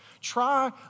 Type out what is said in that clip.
Try